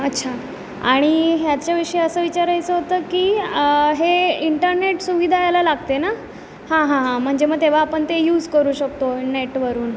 अच्छा आणि ह्याच्याविषयी असं विचारायचं होतं की हे इंटरनेट सुविधा याला लागते ना हां हां हां म्हणजे मग तेव्हा आपण ते यूज करू शकतो नेटवरून